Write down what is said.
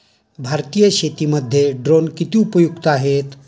भारतीय शेतीमध्ये ड्रोन किती उपयुक्त आहेत?